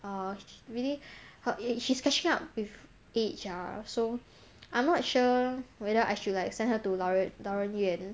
uh really her age she's catching up with age ah so I'm not sure whether I should like send her to 老人老人院